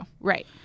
Right